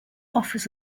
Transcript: offers